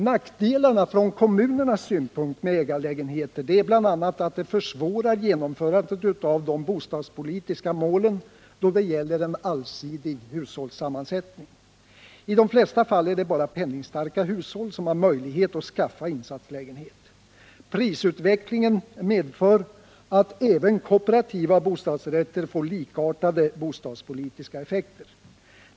Nackdelarna från kommunernas synpunkt med ägarlägenheter är bl.a. att det försvårar genomförandet av de bostadspolitiska målen då det gäller en allsidig hushållssammansättning. I de flesta fall är det bara penningstarka hushåll som har möjlighet att skaffa insatslägenhet. Prisutvecklingen medför att även kooperativa bostadsrätter får likartade bostadspolitiska effekter.